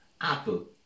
Apple